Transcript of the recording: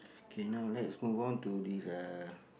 K now let's move on to this uh